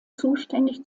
zuständig